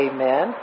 Amen